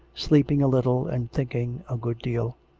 sleeping a little, and thinking a good deal.